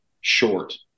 short